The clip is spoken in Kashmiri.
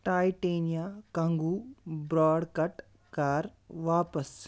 ٹایٹینِیا کنٛگوٗ برٛوڈ کَٹ کَر واپَس